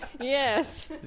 Yes